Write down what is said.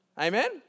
Amen